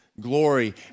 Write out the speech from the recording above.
glory